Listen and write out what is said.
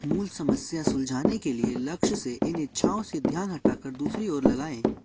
मूल समस्या सुलझाने के लक्ष्य से इन इच्छाओं से ध्यान हटाकर दूसरी ओर लगाएँ